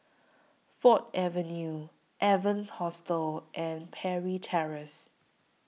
Ford Avenue Evans Hostel and Parry Terrace